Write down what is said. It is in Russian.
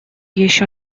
еще